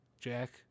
Jack